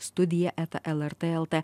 studija eta lrt lt